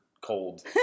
cold